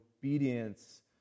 obedience